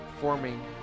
forming